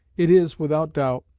it is, without doubt,